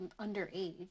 underage